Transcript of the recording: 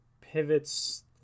pivots